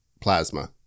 plasma